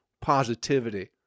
positivity